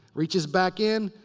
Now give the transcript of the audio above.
reaches back in,